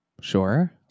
Sure